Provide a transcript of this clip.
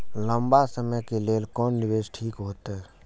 लंबा समय के लेल कोन निवेश ठीक होते?